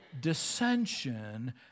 dissension